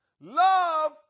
Love